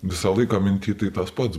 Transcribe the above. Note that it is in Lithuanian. visą laiką minty tai tas pats